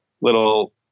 little